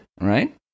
right